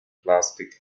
plastic